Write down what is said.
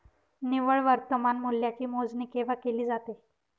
निव्वळ वर्तमान मूल्याची मोजणी केव्हा केली जाते?